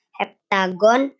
heptagon